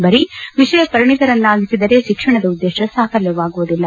ಬರೀ ವಿಷಯ ಪರಿಣಿತರನ್ನಾಗಿಸಿದರೆ ಶಿಕ್ಷಣದ ಉದ್ದೇಶ ಸಾಫಲ್ಯವಾಗುವುದಿಲ್ಲ